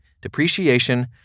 depreciation